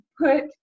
put